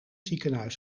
ziekenhuis